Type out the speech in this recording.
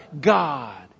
God